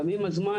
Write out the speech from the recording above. גם עם הזמן,